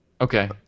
Okay